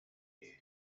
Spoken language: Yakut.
дии